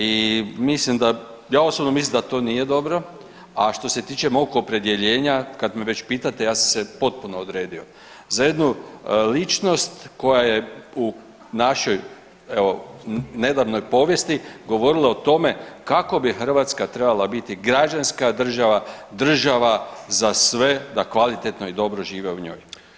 I mislim, osobno mislim da to nije dobro, a što se tiče mog opredjeljenja kad me već pitate ja sam se potpuno odredio za jednu ličnost koja je u našoj evo nedavnoj povijesti govorila o tome kako bi Hrvatska trebala biti građanska država, država za sve da kvalitetno i dobro žive u njoj.